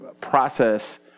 process